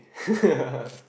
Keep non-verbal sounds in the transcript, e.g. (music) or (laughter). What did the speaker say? (laughs)